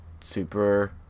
super